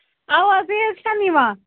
اَوٕ حظ چھَ نہٕ یِوان